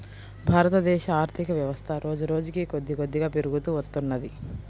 భారతదేశ ఆర్ధికవ్యవస్థ రోజురోజుకీ కొద్దికొద్దిగా పెరుగుతూ వత్తున్నది